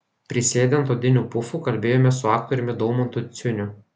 prisėdę ant odinių pufų kalbėjomės su aktoriumi daumantu ciuniu